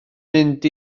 mynd